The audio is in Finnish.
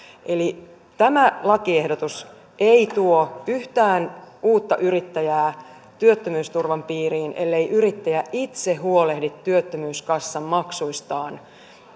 eli tämä lakiehdotus ei tuo yhtään uutta yrittäjää työttömyysturvan piiriin ellei yrittäjä itse huolehdi työttömyyskassamaksuistaan